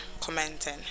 commenting